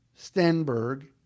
Stenberg